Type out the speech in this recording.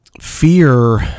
Fear